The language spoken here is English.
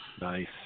Nice